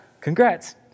Congrats